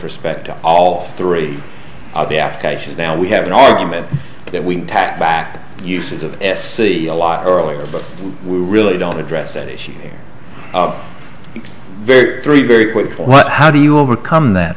respect to all three of the applications now we have an argument that we tack back uses of s c a lot earlier but we really don't address that issue here very very very quick what how do you overcome that